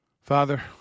Father